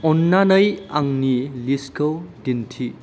अननानै आंनि लिस्टखौ दिन्थि